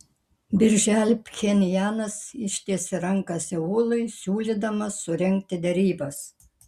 birželį pchenjanas ištiesė ranką seului siūlydamas surengti derybas